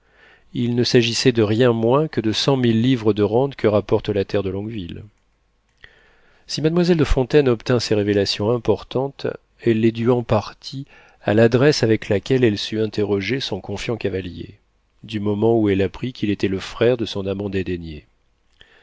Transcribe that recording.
il ne s'agissait de rien moins que de cent mille livres de rente que rapporte la terre de longueville si mademoiselle de fontaine obtint ces révélations importantes elle les dut en partie à l'adresse avec laquelle elle sut interroger son confiant cavalier du moment où elle apprit qu'il était le frère de son amant dédaigné